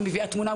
היא מביאה תמונה,